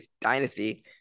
dynasty